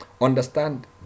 understand